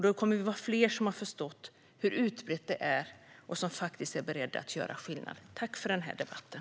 Då kommer vi att vara fler som har förstått hur utbrett det här är och som är beredda att göra skillnad. Tack för debatten!